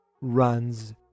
runs